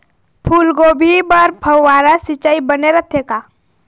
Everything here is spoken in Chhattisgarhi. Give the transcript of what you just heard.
फूलगोभी बर फव्वारा सिचाई बने रथे का?